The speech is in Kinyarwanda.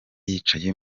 yicaye